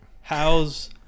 how's